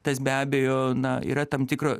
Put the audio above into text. tas be abejo na yra tam tikro